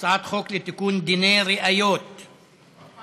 אנו עוברים להצעת חוק לתיקון דיני הראיות (הגנת